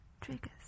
triggers